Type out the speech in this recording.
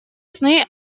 сны